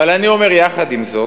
אבל אני אומר, יחד עם זאת,